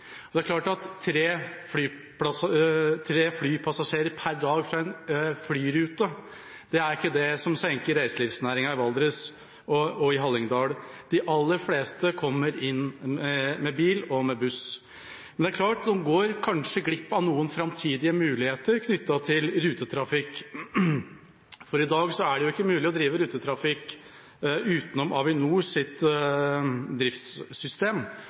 Det er klart at tre flypassasjerer per dag på en flyrute er ikke det som senker reiselivsnæringa i Valdres og Hallingdal. De aller fleste kommer inn med bil og med buss. Det er klart at de går kanskje glipp av noen framtidige muligheter knyttet til rutetrafikk, for i dag er det ikke mulig å drive rutetrafikk utenom Avinors driftssystem.